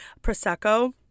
prosecco